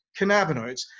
cannabinoids